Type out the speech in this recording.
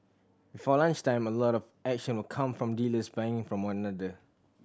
before lunchtime a lot of action will come from dealers buying from one another